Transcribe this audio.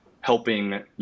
helping